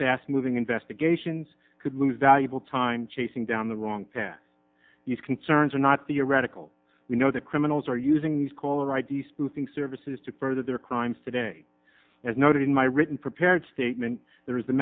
fast moving investigations could lose valuable time chasing down the wrong these concerns are not theoretical we know that criminals are using these caller id spoofing services to further their crimes today as noted in my written prepared statement there is the